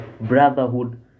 Brotherhood